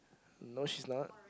no she's not